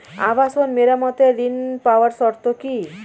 আবাসন মেরামতের ঋণ পাওয়ার শর্ত কি?